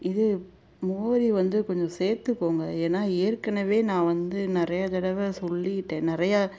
இது முகவரி வந்து கொஞ்சம் சேர்த்துக்கோங்க ஏன்னால் ஏற்கனவே நான் வந்து நிறையா தடவை சொல்லிவிட்டேன் நிறையா